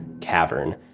cavern